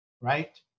right